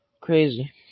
Crazy